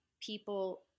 people